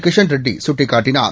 கிஷன் ரெட்டி சுட்டிக்காட்டினார்